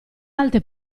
alte